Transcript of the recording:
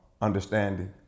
understanding